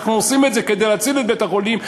אנחנו עושים את זה כדי להציל את בית-החולים,